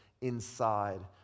inside